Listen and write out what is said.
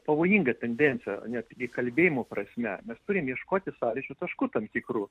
pavojinga tendencija netgi kalbėjimo prasme mes turim ieškoti sąlyčio taškų tam tikrų